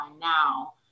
now